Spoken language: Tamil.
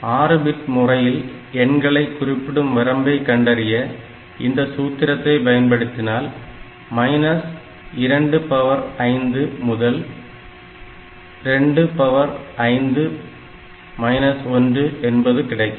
6 பிட் முறையில் எண்களை குறிப்பிடும் வரம்பை கண்டறிய இந்த சூத்திரத்தை பயன்படுத்தினால் 25 முதல் 2 1 என்பது கிடைக்கும்